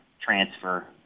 transfer